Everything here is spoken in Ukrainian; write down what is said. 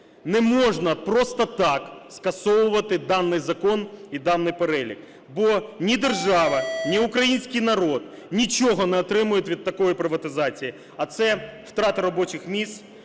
Не можна просто так скасовувати даний закон і даний перелік, було ні держава, ні український народ нічого не отримують від такої приватизації, а це втрата робочих місць